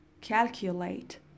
Calculate